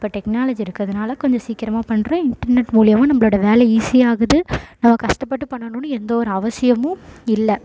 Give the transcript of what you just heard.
இப்போ டெக்னாலஜி இருக்கிறதுனால கொஞ்சம் சீக்கிரமாக பண்ணுறோம் இன்டர்நெட் மூலிமா நம்மளோட வேலை ஈஸி ஆகுது நம்ம கஷ்டப்பட்டு பண்ணணும்னு எந்த ஒரு அவசியமும் இல்லை